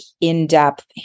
in-depth